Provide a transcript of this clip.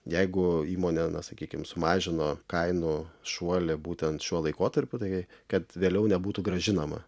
jeigu įmonė na sakykim sumažino kainų šuolį būtent šiuo laikotarpiu tai kad vėliau nebūtų grąžinama